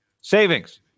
savings